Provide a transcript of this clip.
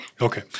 Okay